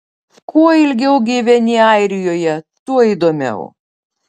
kuo ilgiau gyveni airijoje tuo įdomiau